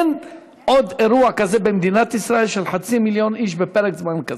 אין עוד אירוע כזה במדינת ישראל של חצי מיליון איש בפרק זמן כזה.